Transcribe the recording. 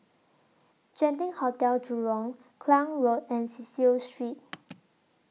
Genting Hotel Jurong Klang Road and Cecil Street